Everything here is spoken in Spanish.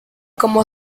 como